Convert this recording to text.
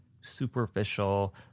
superficial